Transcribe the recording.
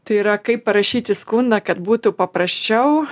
tai yra kaip parašyti skundą kad būtų paprasčiau